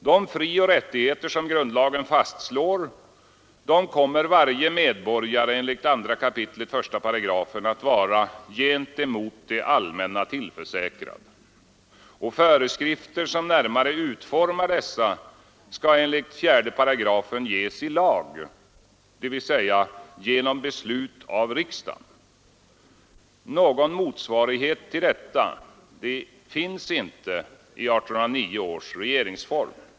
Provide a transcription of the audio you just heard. De frioch rättigheter som grundlagen fastslår kommer varje medborgare enligt 2 kap. 1 § att vara ”gentemot det allmänna tillförsäkrad”, och ”föreskrifter som närmare utformar” dessa skall enligt 4 § ges i lag, dvs. genom beslut av riksdagen. Någon motsvarighet till detta finns inte i 1809 års regeringsform.